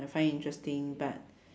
I find interesting but